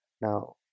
Now